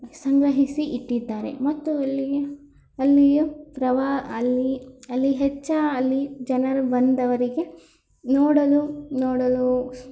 ಸಂಗ್ರಹಿಸಿ ಇಟ್ಟಿದ್ದಾರೆ ಮತ್ತು ಅಲ್ಲಿಗೆ ಅಲ್ಲಿಯ ಪ್ರವಾಸ ಅಲ್ಲಿ ಅಲ್ಲಿ ಹೆಚ್ಚು ಅಲ್ಲಿ ಜನರು ಬಂದವರಿಗೆ ನೋಡಲು ನೋಡಲು